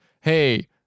Hey